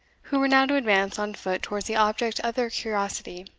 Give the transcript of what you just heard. who were now to advance on foot towards the object of their curiosity.